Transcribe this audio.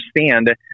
understand